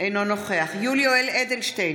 אינו נוכח יולי יואל אדלשטיין,